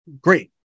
Great